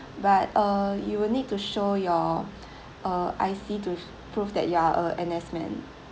but uh you will need to show your uh I_C to prove that you are a N_S men